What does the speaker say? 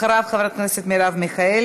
חבר הכנסת זוהיר בהלול,